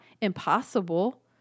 impossible